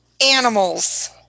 animals